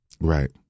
Right